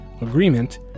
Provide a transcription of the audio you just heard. agreement